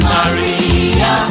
Maria